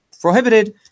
prohibited